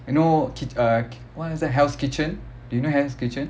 you know kitch~ uh what is that hell's kitchen do you know hell's kitchen